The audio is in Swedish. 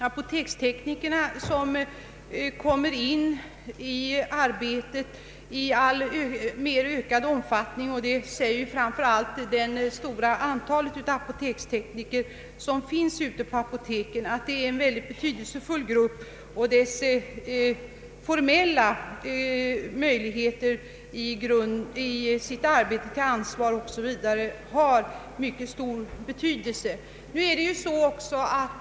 Apoteksteknikerna kommer i ökad omfattning in i arbetet, vilket framgår av det stora antal apotekstekniker som finns ute på apoteken. De är en mycket viktig grupp, och deras formella möjlighet att ta ansvar o.s.v. i sitt arbete är av mycket stor betydelse.